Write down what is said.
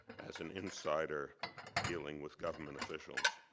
as an insider dealing with government officials.